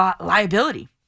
liability